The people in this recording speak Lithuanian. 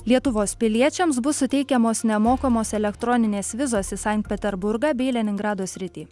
lietuvos piliečiams bus suteikiamos nemokamos elektroninės vizos į sankt peterburgą bei leningrado sritį